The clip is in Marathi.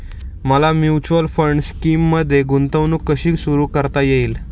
मला म्युच्युअल फंड स्कीममध्ये गुंतवणूक कशी सुरू करता येईल?